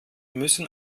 müssen